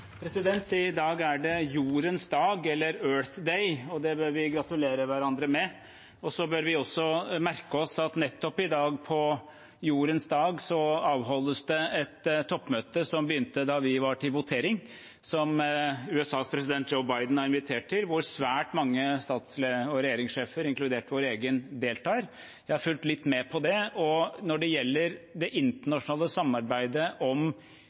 det Jordens dag, eller Earth Day, og det bør vi gratulere hverandre med. Vi bør også merke oss at nettopp i dag, på Jordens dag, avholdes det et toppmøte som begynte da vi var til votering, som USAs president, Joe Biden, har invitert til, og der svært mange stats- og regjeringssjefer, inkludert vår egen, deltar. Jeg har fulgt litt med på det, og når det gjelder det internasjonale samarbeidet om